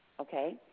okay